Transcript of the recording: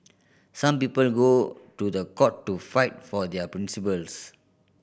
some people go to the court to fight for their principles